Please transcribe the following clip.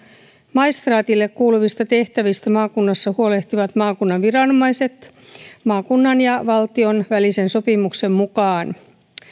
maistraatille kuuluvista tehtävistä maakunnassa huolehtivat maakunnan viranomaiset maakunnan ja valtion välisen sopimuksen mukaan